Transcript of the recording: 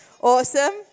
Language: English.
Awesome